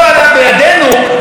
את צודקת,